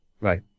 right